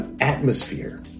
atmosphere